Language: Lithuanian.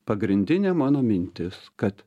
pagrindinė mano mintis kad